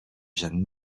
jeanne